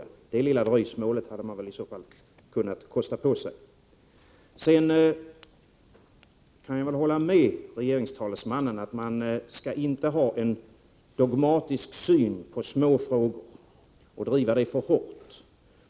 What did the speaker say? Det lilla dröjsmålet hade man väl kunnat kosta på sig. Jag kan hålla med regeringstalesmannen om att man inte skall ha en dogmatisk syn på små frågor och driva dem för hårt.